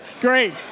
Great